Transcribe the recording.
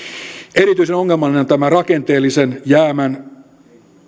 erityisen ongelmallinen on tämä rakenteellisen jäämän